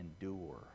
endure